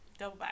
Doubleback